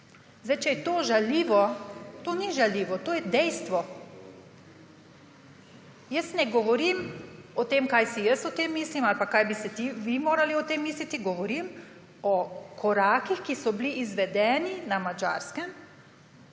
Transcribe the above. Če je to žaljivo …To ni žaljivo, to je dejstvo. Jaz ne govorim o tem, kaj si jaz o tem mislim ali pa kaj bi si vi morali o tem misliti. Govorim o korakih, ki so bili izvedeni na Madžarskem